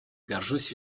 горжусь